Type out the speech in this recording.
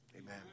Amen